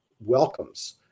welcomes